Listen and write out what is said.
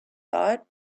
thought